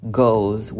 goals